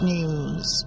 News